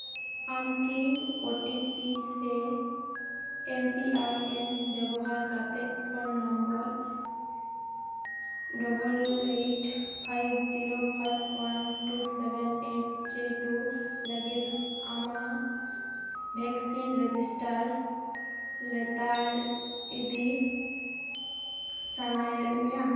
ᱟᱢ ᱠᱤ O T P ᱥᱮ ᱮᱢ ᱯᱤ ᱟᱭ ᱮᱱ ᱵᱮᱵᱚᱦᱟᱨ ᱠᱟᱛᱮ phone number double eight five zero five one two seven eight three two ᱞᱟᱹᱜᱤᱫ ᱟᱢᱟᱜ ᱵᱷᱮᱠᱥᱤᱱ ᱨᱮᱡᱤᱥᱴᱟᱨ ᱞᱮᱛᱟᱲ ᱤᱫᱤ ᱥᱟᱱᱟᱭᱮᱫ ᱢᱮᱭᱟ